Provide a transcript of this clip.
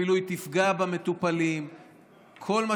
היא אפילו תפגע במטופלים.